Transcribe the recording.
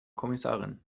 kommissarin